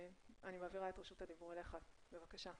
אני מעבירה את רשות הדיבור אליך, בבקשה.